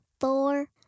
four